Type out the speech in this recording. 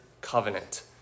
covenant